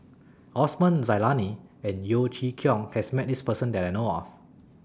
Osman Zailani and Yeo Chee Kiong has Met This Person that I know of